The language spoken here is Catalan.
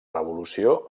revolució